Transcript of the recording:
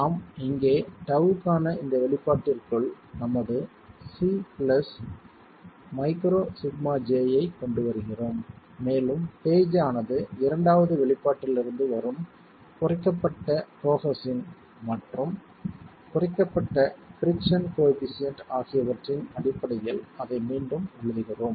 நாம் இங்கே τ க்கான இந்த வெளிப்பாட்டிற்குள் நமது c μσj ஐக் கொண்டு வருகிறோம் மேலும் பேஜ் ஆனது இரண்டாவது வெளிப்பாட்டிலிருந்து வரும் குறைக்கப்பட்ட கோஹெஸின் மற்றும் குறைக்கப்பட்ட பிரிக்சன் கோயெபிசியன்ட் ஆகியவற்றின் அடிப்படையில் அதை மீண்டும் எழுதுகிறோம்